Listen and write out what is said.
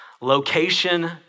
Location